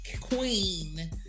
queen